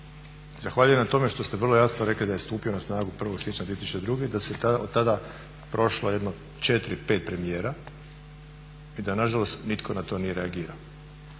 Zahvaljujem na tome što ste vrlo jasno rekli da je stupio na snagu 1.siječnja 2002.da je od tad prošlo jedno 4, 5 premijera i da nažalost nitko na to nije reagirao.